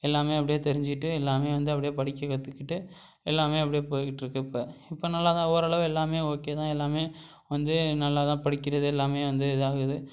எல்லாமே அப்படியே தெரிஞ்சுக்கிட்டு எல்லாமே வந்து அப்படியே படிக்க கற்றுக்கிட்டு எல்லாம் அப்படியே போயிக்கிட்டிருக்கு இப்போ இப்போ நல்லா தான் ஓரளவு எல்லாமே ஓகே தான் எல்லாமே வந்து நல்லா தான் படிக்கிறது எல்லாமே வந்து இதாகுது